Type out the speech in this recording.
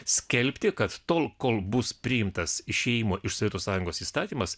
skelbti kad tol kol bus priimtas išėjimo iš sovietų sąjungos įstatymas